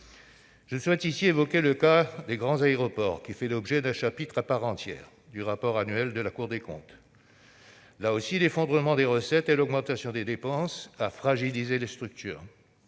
Je souhaite évoquer ici le cas des grands aéroports, qui fait l'objet d'un chapitre à part entière du rapport public annuel de la Cour des comptes. Là encore, l'effondrement des recettes et l'augmentation des dépenses ont fragilisé les structures.